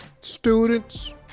students